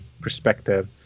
perspective